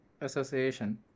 Association